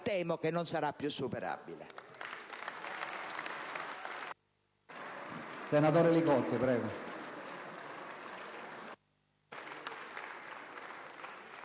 temo che non sarà più superabile.